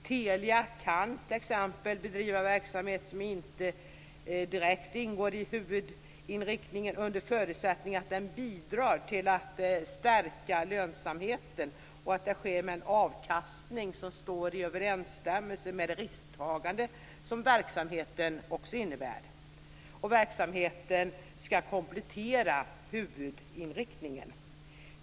Telia kan t.ex. bedriva verksamhet som inte direkt ingår i huvudinriktningen under förutsättning att den bidrar till att stärka lönsamheten och att det sker med en avkastning som står i överensstämmelse med det risktagande som verksamheten också innebär. Verksamheten skall komplettera huvudinriktningen.